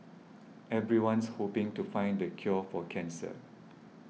everyone's hoping to find the cure for cancer